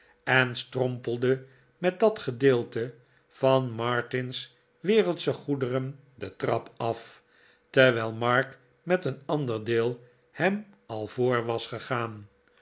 en strompelde met dat gedeelte van martin's wereldsche goederen de trap af terwijl mark met een ander deel hem al voor was gegaan